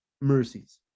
mercies